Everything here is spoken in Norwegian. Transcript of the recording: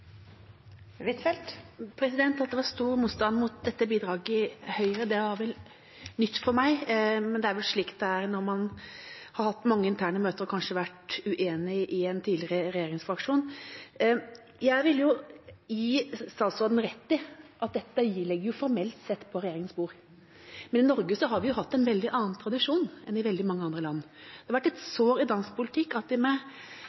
At det er stor motstand mot dette bidraget i Høyre, var nytt for meg, men det er vel slik det er når man har hatt mange interne møter og kanskje vært uenig i en tidligere regjeringsfraksjon. Jeg vil gi statsråden rett i at dette formelt sett ligger på regjeringens bord, men i Norge har vi hatt en annen tradisjon enn i veldig mange andre land. Det har vært et sår i